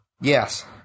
Yes